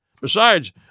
Besides